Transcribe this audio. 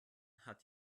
hat